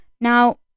Now